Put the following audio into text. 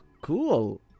cool